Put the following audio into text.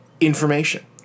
information